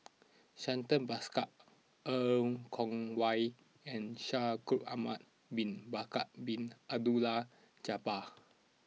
Santha Bhaskar Er Kwong Wah and Shaikh Ahmad Bin Bakar Bin Abdullah Jabbar